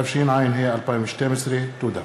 התשע"ב 2012. תודה.